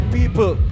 People